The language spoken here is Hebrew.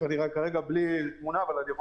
ולכן כולם מחזיקים רב-קו פרסונלי